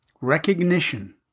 Recognition